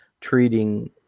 treating